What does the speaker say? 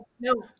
No